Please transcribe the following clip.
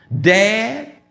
Dad